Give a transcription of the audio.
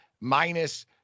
Minus